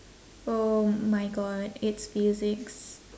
oh my god it's physics